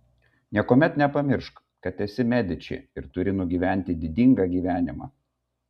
niekuomet nepamiršk kad esi mediči ir turi nugyventi didingą gyvenimą